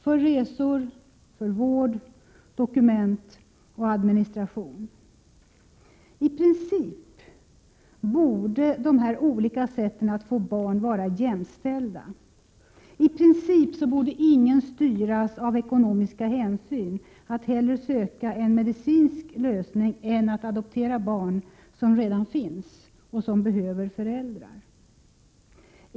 för resor, vård, dokument och administration. I princip borde dessa olika sätt att få barn vara jämställda. I princip borde ingen styras av ekonomiska hänsyn att hellre söka en medicinsk lösning än att adoptera ett barn som redan finns och som behöver föräldrar.